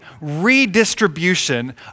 redistribution